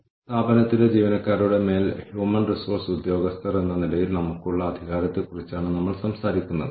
അതിനാൽ പുതിയ പ്രോഗ്രാമോ പുതിയ സാങ്കേതികവിദ്യയോ നമ്മുടെ ഓർഗനൈസേഷനിലേക്ക് കൊണ്ടുവന്ന സാമ്പത്തിക നേട്ടങ്ങളെക്കുറിച്ച് ഒരു പഠനം നടത്തേണ്ടതുണ്ട്